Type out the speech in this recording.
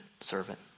servant